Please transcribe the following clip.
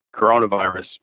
coronavirus